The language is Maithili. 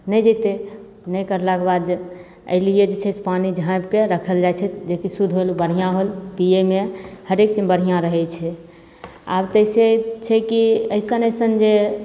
नहि जेतै नहि करलाके बाद जे एहि लिए जे छै पानि झापिके रखल जाइत छै जेकि शुद्ध होल बढ़िआँ होल पिएमे हरेकमे बढ़िआँ रहैत छै आब जैसे छै कि एइसन एइसन जे